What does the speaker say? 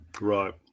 Right